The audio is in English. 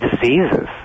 diseases